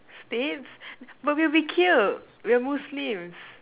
States but we'll be killed we're Muslims